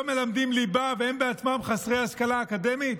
מלמדים ליבה והם בעצמם חסרי השכלה אקדמית?